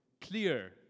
clear